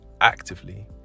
actively